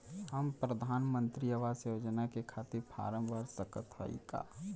हम प्रधान मंत्री आवास योजना के खातिर फारम भर सकत हयी का?